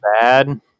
bad